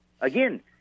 Again